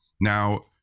Now